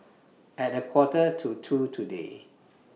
At A Quarter to two today